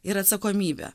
ir atsakomybė